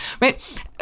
right